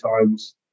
times